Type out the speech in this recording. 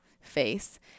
face